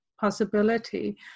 possibility